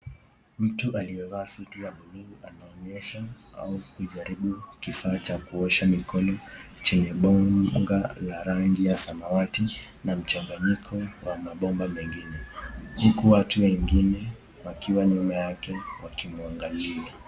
Mtu aliyevaa suti ya buluu anaonyesha au kujaribu kifaa cha kuosha mikono chenye bonga la rangi ya samawati na mchanganyiko wa mabomba mengine huku watu wengine wakiwa nyuma yake wakimwangalia.